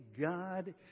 God